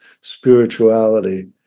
spirituality